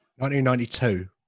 1992